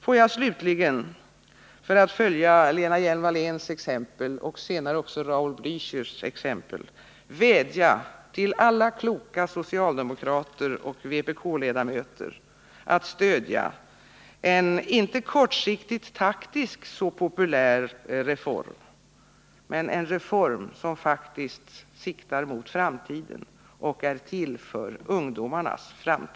Låt mig slutligen, för att följa Lena Hjelm-Walléns och senare också Raul Blächers exempel, vädja till alla kloka socialdemokrater och vpk-ledamöter att stödja en kortsiktigt-taktiskt inte så populär reform men en reform som faktiskt siktar mot framtiden och som kommit till för ungdomarnas skull.